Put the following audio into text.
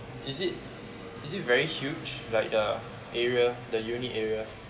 is it is it very huge like the area the unit area